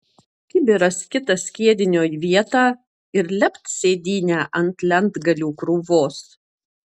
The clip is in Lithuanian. kibiras kitas skiedinio į vietą ir lept sėdynę ant lentgalių krūvos